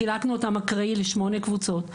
חילקנו אותם אקראי לשמונה קבוצות,